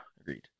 Agreed